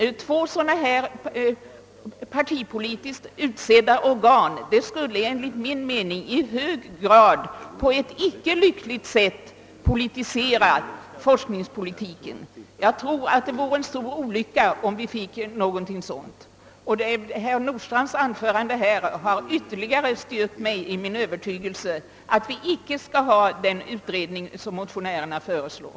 Två sådana här partipolitiskt utsedda organ skulle enligt min mening i hög grad på ett icke lyckligt sätt politisera forskningspolitiken. Jag tror att det vore en stor olycka om vi fick något sådant. Herr Nordstrandhs anförande här har ytterligare styrkt mig i min övertygelse, att vi inte skall ha den utredning som motionärerna föreslår.